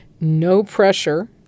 no-pressure